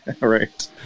Right